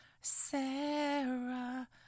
Sarah